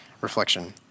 reflection